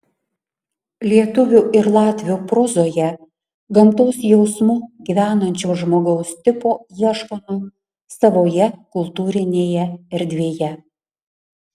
lietuvių ir latvių prozoje gamtos jausmu gyvenančio žmogaus tipo ieškoma savoje kultūrinėje erdvėje